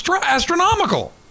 astronomical